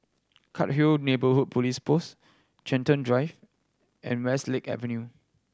Cairnhill Neighbourhood Police Post Chiltern Drive and Westlake Avenue